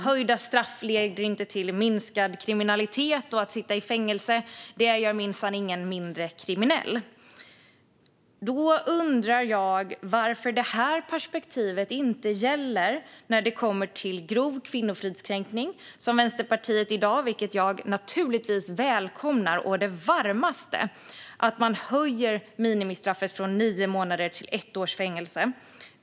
Höjda straff leder inte till minskad kriminalitet, och att sitta i fängelse gör minsann ingen mindre kriminell, säger man. Jag undrar varför det perspektivet inte gäller när det kommer till grov kvinnofridskränkning. Vänsterpartiet vill i dag höja minimistraffet från nio månader till ett års fängelse, vilket jag naturligtvis välkomnar å det varmaste.